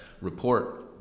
report